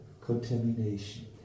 contamination